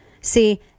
See